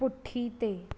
पुठिते